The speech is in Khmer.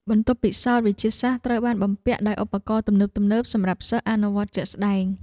បន្ទប់ពិសោធន៍វិទ្យាសាស្ត្រត្រូវបានបំពាក់ដោយឧបករណ៍ទំនើបៗសម្រាប់សិស្សអនុវត្តជាក់ស្តែង។